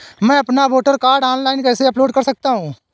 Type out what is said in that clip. मैं अपना voter card online कैसे अपलोड कर सकता हूँ?